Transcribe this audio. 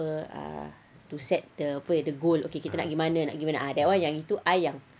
apa ah to set the apa the goal ah apa kita nak pergi mana nak pergi mana that [one] yang itu I yang